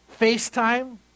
FaceTime